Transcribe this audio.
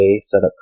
setup